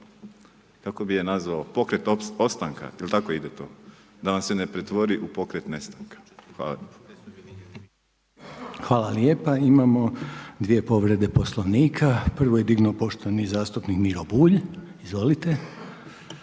kako bi je nazvao, pokret opstanka, jel' tako ide to, da vam se ne pretvori u pokret nestanka. Hvala. **Reiner, Željko (HDZ)** Hvala lijepa. Imamo dvije povrede Poslovnika, prvu je dignuo poštovani zastupnik Miro Bulj, izvolite.